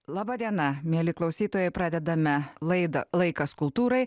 laba diena mieli klausytojai pradedame laidą laikas kultūrai